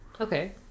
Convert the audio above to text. Okay